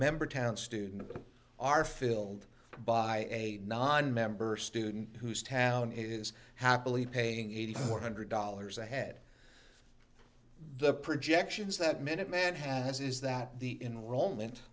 member town student are filled by a nonmember student who's town is happily paying eighty to one hundred dollars a head the projections that minuteman has is that the enroll meant